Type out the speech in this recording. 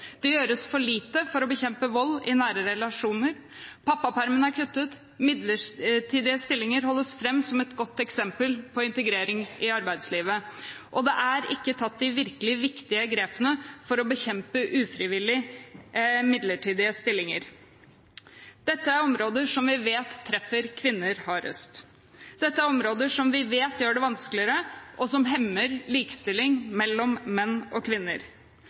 Det gjøres for lite for å bekjempe vold i nære relasjoner, pappapermen er kuttet, midlertidige stillinger holdes fram som et godt eksempel på integrering i arbeidslivet, og de virkelig viktige grepene for å bekjempe ufrivillig midlertidige stillinger er ikke tatt. Dette er områder som vi vet treffer kvinner hardest, dette er områder som vi vet gjør det vanskeligere og hemmer likestilling mellom menn og kvinner.